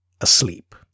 asleep